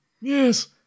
yes